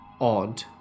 odd